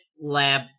lab